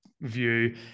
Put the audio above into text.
view